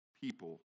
people